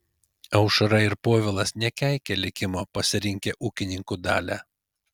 aušra ir povilas nekeikia likimo pasirinkę ūkininkų dalią